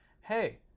hey